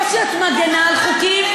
או שאת מגינה על חוקים,